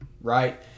right